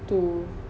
two